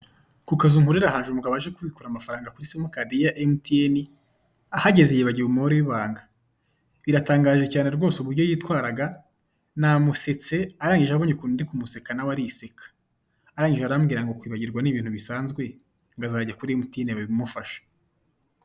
Ku kazu nkorera haje umugabo waje kubikura amafaranga kuri simukadi ya MTN ahageze yibagiwe umubwire w'ibanga biratangaje cyane rwose uburyo yitwaraga namusetse arangije abonye ukuntu ndi ku museka nawe ariseka arangije arambwira ngo kwibagirwa n'ibintu bisanzwe ngo azajya kuri MTN babimufashe.